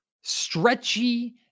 stretchy